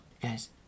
Guys